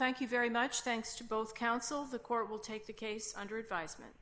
thank you very much thanks to both counsels the court will take the case under advisement